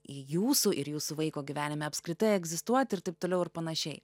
į jūsų ir jūsų vaiko gyvenime apskritai egzistuoti ir taip toliau ir panašiai